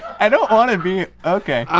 i don't wanna be, okay.